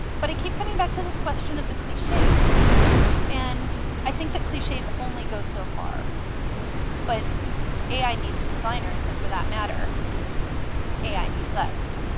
but i keep coming back to this question of the cliches and i think that cliches only go so far but ai needs designers and for that matter ai needs us